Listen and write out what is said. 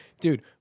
Dude